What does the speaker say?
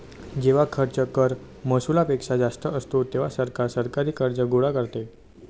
जेव्हा खर्च कर महसुलापेक्षा जास्त असतो, तेव्हा सरकार सरकारी कर्ज गोळा करते